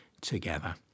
together